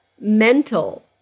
mental